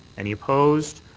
any posed?